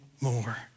more